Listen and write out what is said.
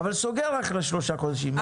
אבל סוגר אחרי שלושה חודשים.